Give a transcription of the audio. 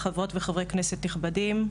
חברות וחברי כנסת נכבדים,